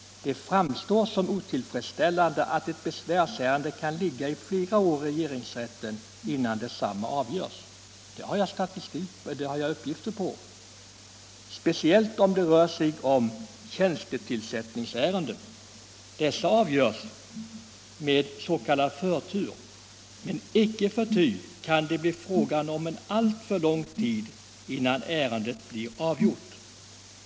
Det framstår som otillfredsställande att ett besvärsärende kan ligga i regeringsrätten i flera år innan detsamma avgörs — jag har uppgifter på att så har varit fallet — speciellt om det rör sig om tjänstetillsättningsärenden. Dessa skall avgöras med s.k. förtur. Icke förty kan det dröja alltför lång tid innan ärendena blir avgjorda.